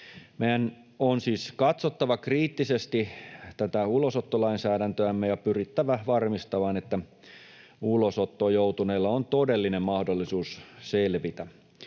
Meidän on siis katsottava kriittisesti tätä ulosottolainsäädäntöämme ja pyrittävä varmistamaan, että ulosottoon joutuneilla on todellinen mahdollisuus selvitä.